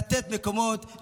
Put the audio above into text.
לתת מקומות,